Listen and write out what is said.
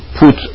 put